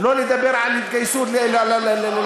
לא לדבר על התגייסות לצבא?